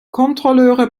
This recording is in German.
kontrolleure